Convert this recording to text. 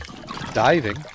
diving